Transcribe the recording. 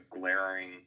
glaring